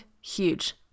huge